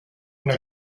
una